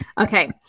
Okay